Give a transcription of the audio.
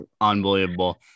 unbelievable